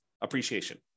appreciation